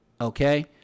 Okay